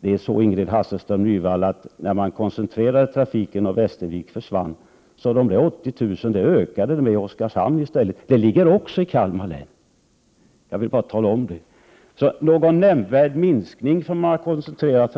Det är så, Ingrid Hasselström Nyvall, att när man koncentrerade trafiken, och Västerviksleden försvann, ökade i stället Oskarshamn i fråga antalet passerande med dessa 80 000. Oskarshamn ligger också i Kalmar län, jag vill bara tala om det. Man kan inte konstatera någon nämnvärd minskning sedan trafiken koncentrerats.